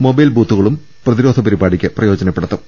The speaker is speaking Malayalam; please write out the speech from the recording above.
മൊബൈൽ ബൂത്തുകളും പ്രതിരോധ പരിപാടിക്ക് പ്രയോജനപ്പെടുത്തും